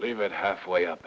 leave it halfway up